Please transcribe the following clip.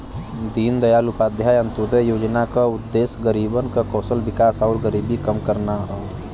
दीनदयाल उपाध्याय अंत्योदय योजना क उद्देश्य गरीबन क कौशल विकास आउर गरीबी कम करना हौ